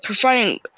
providing